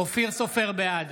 בעד